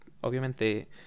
obviamente